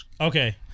Okay